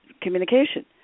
communication